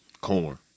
Corn